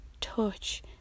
touch